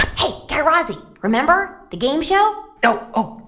hey, guy razzie. remember? the game show? oh, oh,